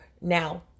now